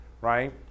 right